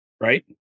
right